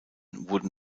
wurden